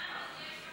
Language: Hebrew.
מה יש לכם לומר על זה?